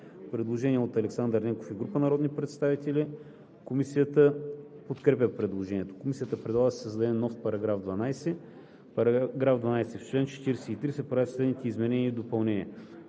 представител Александър Ненков и група народни представители. Комисията подкрепя предложението. Комисията предлага да се създаде нов § 12: „§ 12. В чл. 43 се правят следните изменения и допълнения: